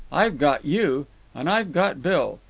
i've got you and i've got bill.